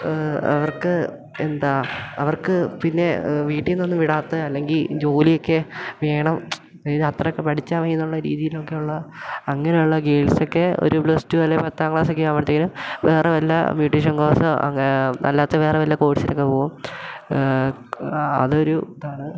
അവർക്ക് എന്താ അവർക്ക് പിന്നെ വീട്ടിൽ നിന്നൊന്നും വിടാത്ത അല്ലെങ്കിൽ ജോലിയൊക്കെ വേണം ഇനി ഇത് അത്രയൊക്കെ പഠിച്ചാൽ മതിയെന്നുള്ള രീതിയിലൊക്കെ ഉള്ള അങ്ങനെ ഉള്ള ഗേൾസൊക്കെ ഒരു പ്ലസ്ടു അല്ലെങ്കിൽ പത്താം ക്ലാസ്സൊക്കെ ആവുമ്പോഴത്തേനും വേറെ വല്ല ബ്യുട്ടീഷ്യൻ കോഴ്സോ അല്ലാത്ത വേറെ വല്ല കോഴ്സിനൊക്കെ പോവും അതൊരു ഇതാണ്